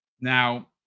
Now